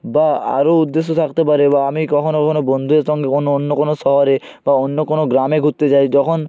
বা আরও উদ্দেশ্য থাকতে পারে বা আমি কখনো কখনো বন্ধুদের সঙ্গে কখনো অন্য কোনো শহরে বা অন্য কোনো গ্রামে ঘুরতে যাই যখন